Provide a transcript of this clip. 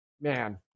man